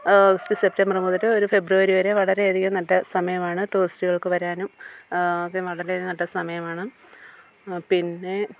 August September മുതൽ ഒരു February വരെ വളരെയധികം നല്ല സമയമാണ് ടൂറിസ്റ്റുകൾക്ക് വരാനും ഒക്കെ വളരെ നല്ല സമയമാണ് പിന്നെ